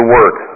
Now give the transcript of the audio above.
work